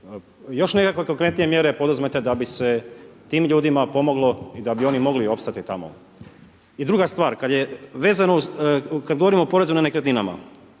još nekakve konkretnije mjere poduzmete da bi se tim ljudima pomoglo i da bi oni mogli opstati tamo? I druga stvar, kada govorimo o porezu nad nekretninama,